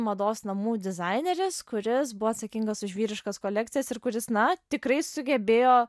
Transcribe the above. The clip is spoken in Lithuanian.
mados namų dizaineris kuris buvo atsakingas už vyriškas kolekcijas ir kuris na tikrai sugebėjo